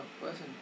person